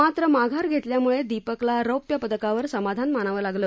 मात्र माघार घेतल्यामुळे दीपकला रौप्य पदकावर समाधान मानावं लागलं